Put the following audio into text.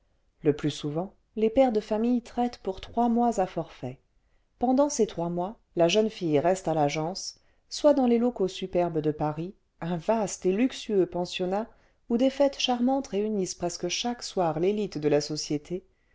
le plus souvent les pères de famille traitent pour trois mois à forfait pendant ces trois mois la jeune fille reste à l'agence soit dans les locaux superbes de paris un vaste et luxueux pensionnat où des fêtes charmantes réunissent presque chaque soir l'élite de la société